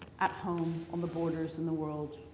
at home, on the borders, in the world,